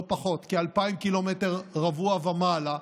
לא פחות, כ-2,000 קילומטרים רבועים ומעלה,